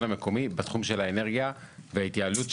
המקומי בתחום של האנרגיה וההתייעלות,